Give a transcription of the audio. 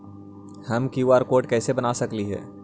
हम QR code कैसे बना सकली ही?